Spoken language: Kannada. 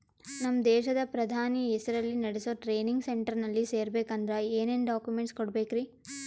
ನಮ್ಮ ದೇಶದ ಪ್ರಧಾನಿ ಹೆಸರಲ್ಲಿ ನೆಡಸೋ ಟ್ರೈನಿಂಗ್ ಸೆಂಟರ್ನಲ್ಲಿ ಸೇರ್ಬೇಕಂದ್ರ ಏನೇನ್ ಡಾಕ್ಯುಮೆಂಟ್ ಕೊಡಬೇಕ್ರಿ?